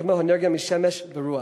כמו אנרגיה משמש ורוח,